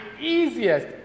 easiest